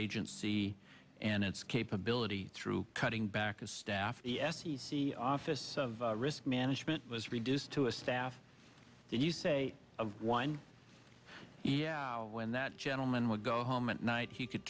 agency and its capability through cutting back a staff the f c c office of risk management was reduced to a staff that you say of one yeah when that gentleman would go home at night he could